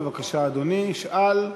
בבקשה, אדוני, שאל.